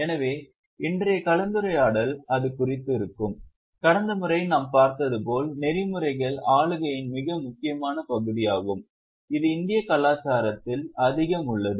எனவே இன்றைய கலந்துரையாடல் அது குறித்து இருக்கும் கடந்த முறை நாம் பார்த்தது போல் நெறிமுறைகள் ஆளுகையின் மிக முக்கியமான பகுதியாகும் இது இந்திய கலாச்சாரத்தில் அதிகம் உள்ளது